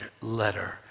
letter